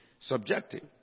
subjective